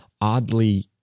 oddly